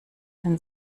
denn